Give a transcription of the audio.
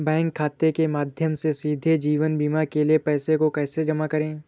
Bank खाते के माध्यम से सीधे जीवन बीमा के लिए पैसे को कैसे जमा करें?